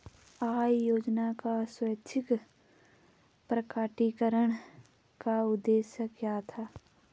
आय योजना का स्वैच्छिक प्रकटीकरण का उद्देश्य क्या था?